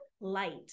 light